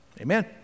Amen